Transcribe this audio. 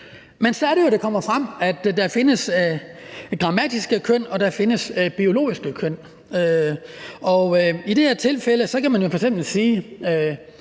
Men så er det jo, at det kommer frem, at der findes grammatiske køn og der findes biologiske køn. I det her tilfælde kan man f.eks. sige,